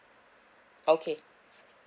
okay